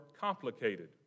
complicated